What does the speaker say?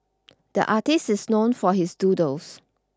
the artist is known for his doodles